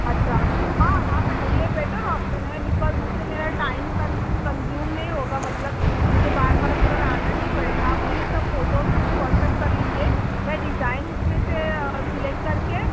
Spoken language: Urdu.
اچھا ہاں آپ یہ بٹر آپشن ہے بکاز اِس سے میرا ٹائم کنزیوم نہیں ہوگا مطلب مجھے بار بار اُدھر آنا نہیں پڑے گا آپ پلیز سب فوٹوز مجھے واٹس اپ کر لیجیے میں ڈیزائن اُس میں سے سلیکٹ کر کے